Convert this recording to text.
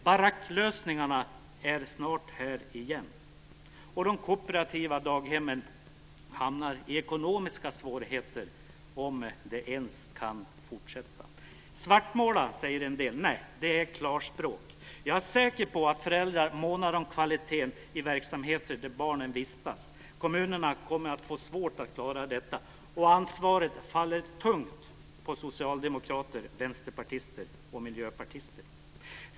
"Baracklösningarna" är snart här igen, och de kooperativa daghemmen hamnar i ekonomiska svårigheter om de ens kan fortsätta. Svartmåla, säger en del. Nej, det är klarspråk! Jag är säker på att föräldrar månar om kvaliteten i verksamheter där barnen vistas. Kommunerna kommer att få det svårt att klara detta. Ansvaret faller tungt på socialdemokrater, vänsterpartister och miljöpartister.